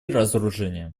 разоружения